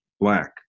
black